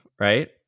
right